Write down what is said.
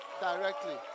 Directly